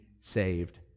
saved